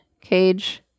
cage